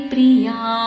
Priya